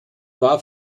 war